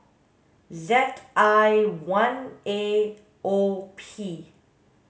Z I one A O P